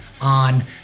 on